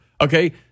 Okay